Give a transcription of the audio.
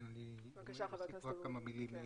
אני אוסיף כמה מילים.